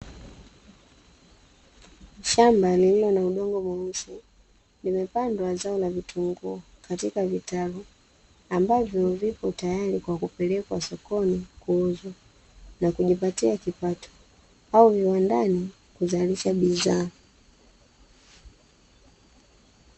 Shamba lililo na udongo mweusi, limepandwa zao la vitunguu katika vitalu. Ambavyo vipo tayari kwa kupelekwa sokoni kuuzwa na kujipatia kipato, au viwandani kuzalisha bidhaa.